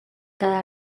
cada